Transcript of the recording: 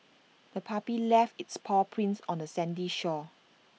the puppy left its paw prints on the sandy shore